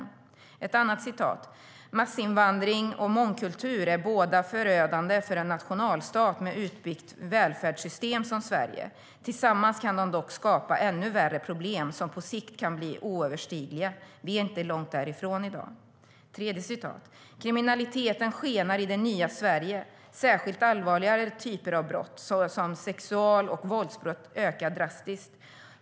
"Ett annat citat: "Massinvandring och mångkultur är båda förödande för en nationalstat med utbyggt välfärdssystem som Sverige. Tillsammans kan de dock skapa ännu värre problem som på sikt kan bli helt oöverstigliga. Vi är inte långt därifrån idag. "Ett tredje citat: "Kriminaliteten skenar i det nya Sverige. Särskilt allvarligare typer av brott, så som sexual och våldsbrott ökar drastiskt.